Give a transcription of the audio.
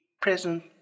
present